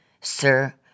Sir